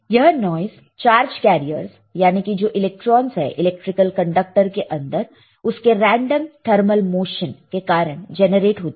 यह noise charge carriers याने की जो इलेक्ट्रॉनस है इलेक्ट्रिकल कंडक्टर के अंदर उसके रेंडम थर्मल मोशन के कारण जेनरेट होता है